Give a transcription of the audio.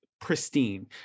pristine